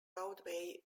roadway